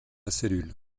cellule